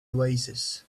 oasis